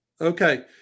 Okay